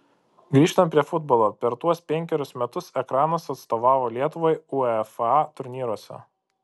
grįžtant prie futbolo per tuos penkerius metus ekranas atstovavo lietuvai uefa turnyruose